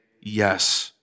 yes